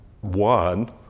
one